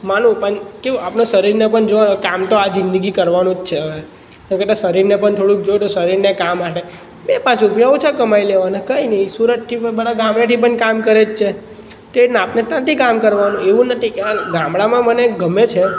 માનું પણ કેવું આપણા શરીરને પણ જોવો કામ તો આ જીંદગી કરવાનું જ છે હવે એના કરતાં શરીરને પણ થોડુંક જોવો તો શરીરને કામ માટે બે પાંચ રૂપિયા ઓછા કમાઈ લેવાના કંઈ ની સુરતથી બધા ગામડેથી પણ કામ કરે જ છે તે ના તો ત્યાંથી કામ કરવાનું એવું નથી આમ ગામડામાં મને ગમે છે